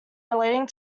relating